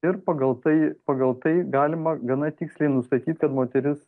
ir pagal tai pagal tai galima gana tiksliai nustatyt kad moteris